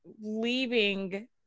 leaving